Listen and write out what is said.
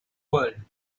world